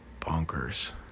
bonkers